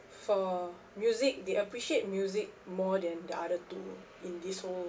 for music they appreciate music more than the other two in this whole